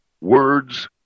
words